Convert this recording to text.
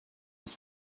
гэж